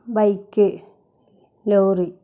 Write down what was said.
bike lorry